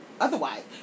Otherwise